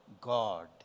God